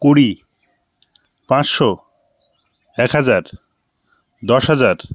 কুড়ি পাঁচশো এক হাজার দশ হাজার